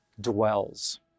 dwells